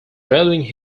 rolling